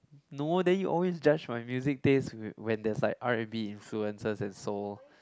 no then you always judge my music taste with when there is like R and B influence and so